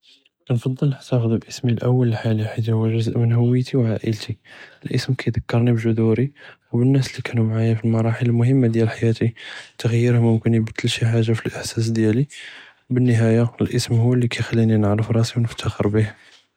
כנפצ׳ל נחְתפז ב־אסמי אלאוול אלחאלי חית הוא גזء מן הויתי ו עאילתי, אלאסם כידכּרני בג׳דורי ו א־נאס לי כאנו מעאיא פי אלמראחל אלמהמה דיאל חיאתי, א־תע׳יר מומכן יע׳יר שי חאגה פי אלאסאס דיאלי, ב־אלנִהאיה אלאסם הוא לי כיכּליני נערף ראסי ו נפתכר ביה.